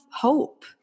hope